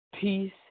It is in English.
peace